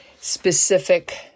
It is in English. specific